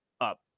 up